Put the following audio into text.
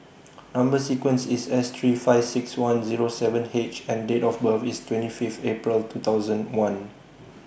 Number sequence IS S three nine five six one Zero seven H and Date of birth IS twenty Fifth April two thousand one